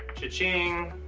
cha-ching.